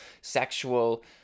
sexual